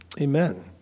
Amen